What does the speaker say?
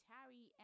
Harry